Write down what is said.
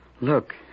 Look